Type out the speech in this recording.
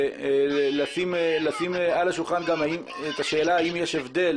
אני מבקש לשים על השולחן את השאלה האם יש הבדל